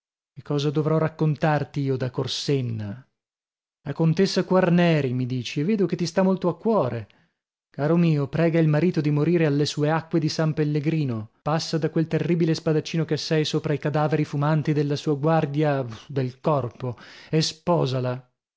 che cosa dovrò raccontarti io da corsenna la contessa quarneri mi dici e vedo che ti sta molto a cuore caro mio prega il marito di morire alle sue acque di san pellegrino passa da quel terribile spadaccino che sei sopra i cadaveri fumanti della sua guardia del corpo e sposala